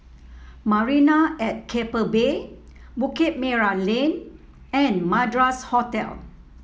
Marina at Keppel Bay Bukit Merah Lane and Madras Hotel